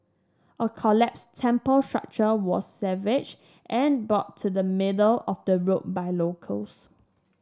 a collapsed temple structure was salvaged and brought to the middle of the road by locals